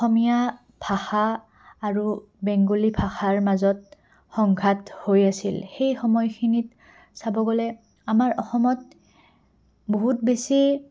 অসমীয়া ভাষা আৰু বেংগলী ভাষাৰ মাজত সংঘাত হৈ আছিল সেই সময়খিনিত চাব গ'লে আমাৰ অসমত বহুত বেছি